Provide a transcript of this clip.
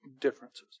differences